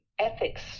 ethics